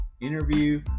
interview